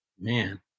man